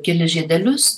kelis žiedelius